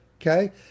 okay